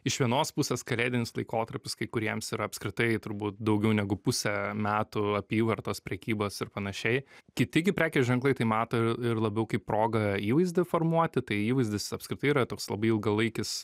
iš vienos pusės kalėdinis laikotarpis kai kuriems yra apskritai turbūt daugiau negu pusė metų apyvartos prekybos ir panašiai kiti gi prekės ženklai tai mato ir labiau kaip proga įvaizdį formuoti tai įvaizdis apskritai yra toks labai ilgalaikis